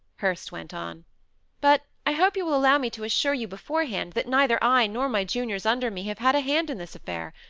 hurst went on but i hope you will allow me to assure you beforehand, that neither i, nor my juniors under me, have had a hand in this affair.